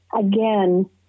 again